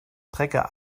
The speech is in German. trecker